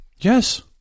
Yes